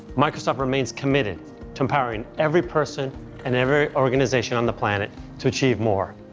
microsoft remains committed to empowering every person and every organization on the planet to achieve more.